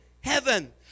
heaven